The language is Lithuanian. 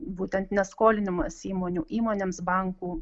būtent ne skolinimas įmonių įmonėms bankų